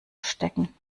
stecken